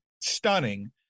stunning